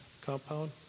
compound